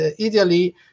ideally